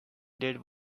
did